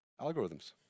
algorithms